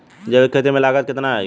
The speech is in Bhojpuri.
जैविक खेती में लागत कितना आई?